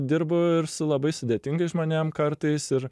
dirbu ir su labai sudėtingais žmonėm kartais ir